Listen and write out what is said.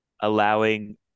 allowing